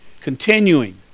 continuing